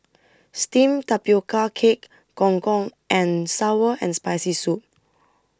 Steamed Tapioca Cake Gong Gong and Sour and Spicy Soup